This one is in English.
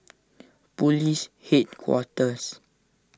Police Headquarters